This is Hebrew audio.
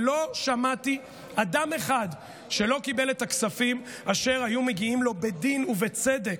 ולא שמעתי אדם אחד שלא קיבל את הכספים אשר היו מגיעים לו בדין ובצדק,